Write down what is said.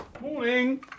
Morning